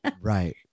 Right